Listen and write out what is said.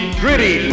gritty